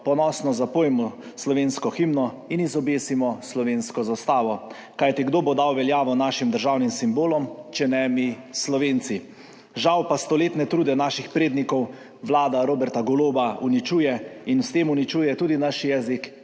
ponosno zapojmo slovensko himno in izobesimo slovensko zastavo, kajti kdo bo dal veljavo našim državnim simbolom, če ne mi, Slovenci. Žal pa stoletne trude naših prednikov vlada Roberta Goloba uničuje, s tem pa uničuje tudi naš jezik